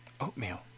oatmeal